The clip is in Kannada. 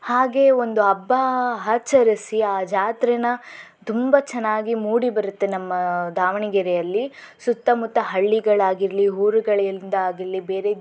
ಹಾಗೇ ಒಂದು ಹಬ್ಬ ಆಚರಿಸಿ ಆ ಜಾತ್ರೆ ತುಂಬ ಚೆನ್ನಾಗಿ ಮೂಡಿ ಬರುತ್ತೆ ನಮ್ಮ ದಾವಣಗೆರೆಯಲ್ಲಿ ಸುತ್ತ ಮುತ್ತ ಹಳ್ಳಿಗಳಾಗಿರಲಿ ಊರುಗಳಿಂದಾಗಿರಲಿ ಬೇರೆ